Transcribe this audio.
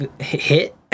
hit